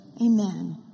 Amen